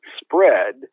spread